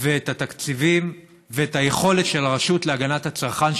ואת התקציבים ואת היכולת של הרשות להגנת הצרכן,